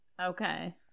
Okay